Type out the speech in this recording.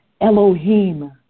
Elohim